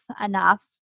enough